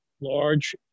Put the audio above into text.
large